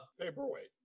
paperweight